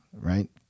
right